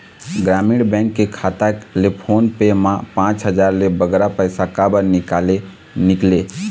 ग्रामीण बैंक के खाता ले फोन पे मा पांच हजार ले बगरा पैसा काबर निकाले निकले?